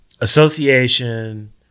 association